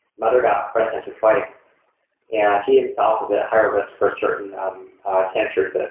mother got pressed into twice. yeah he himself was at high risk for certain cancers that